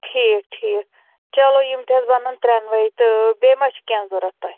ٹھیٖک ٹھیٖک چلو یِم تہِ حظ بَنَن ترٛیٚنؤے تہٕ بیٚیہِ ما چھُ کیٚنٛہہ ضروٗرت تۄہہِ